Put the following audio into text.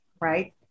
right